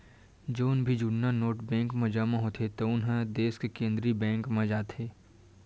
जउन भी जुन्ना नोट बेंक म जमा होथे तउन ह देस के केंद्रीय बेंक म जाथे